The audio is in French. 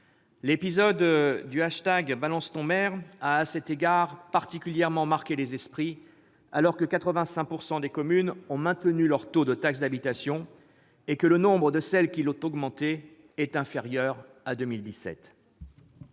L'épisode du #BalanceTonMaire a, à cet égard, particulièrement marqué les esprits, alors que 85 % des communes ont maintenu le taux de leur taxe d'habitation et que le nombre de celles qui l'ont augmenté est inférieur à 2017.